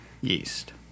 yeast